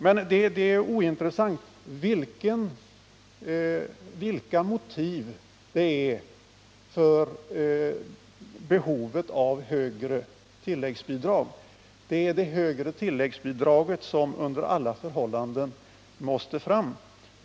Men det är ointressant vilka motiven är för behovet av högre tilläggsbidrag — det är det högre tilläggsbidraget som under alla förhållanden måste fram.